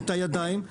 את ידיו,